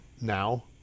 now